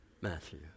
Matthew